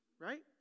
right